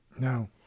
No